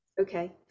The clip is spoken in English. Okay